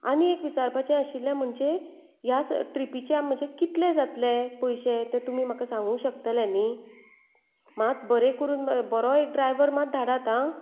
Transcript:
आनी एक विचारपाचें आशिल्लें म्हणजे हया ट्रिपीचे म्हजे कितले जातले पयशे ते तुमी म्हाका सांगू शकतले नी मात बरें करून बरो कोण ड्रावर मात धाडात हां